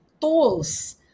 tools